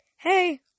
Hey